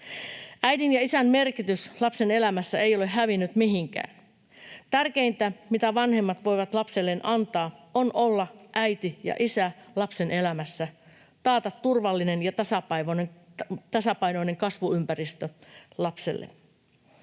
Äidin ja isän merkitys lapsen elämässä ei ole hävinnyt mihinkään. Tärkeintä, mitä vanhemmat voivat lapselleen antaa, on olla äiti ja isä lapsen elämässä ja taata turvallinen ja tasapainoinen kasvuympäristö lapselle.